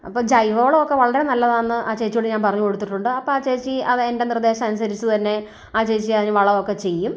അപ്പം ജൈവ വളമൊക്കെ വളരെ നല്ലതാന്ന് ആ ചേച്ചിയോട് ഞാൻ പറഞ്ഞു കൊടുത്തിട്ടുണ്ട് അപ്പം ആ ചേച്ചി അത് എൻ്റെ നിർദ്ദേശം അനുസരിച്ച് തന്നെ ആ ചേച്ചി അതിന് വളമൊക്കെ ചെയ്യും